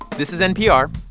this is npr.